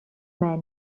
man